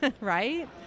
right